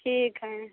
ठीक है